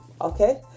Okay